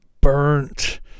burnt